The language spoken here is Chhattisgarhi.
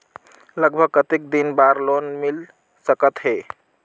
लगभग कतेक दिन बार लोन मिल सकत हे?